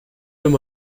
them